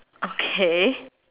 okay